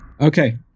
Okay